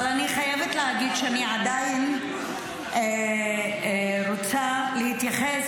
אבל אני חייבת להגיד שאני עדיין רוצה להתייחס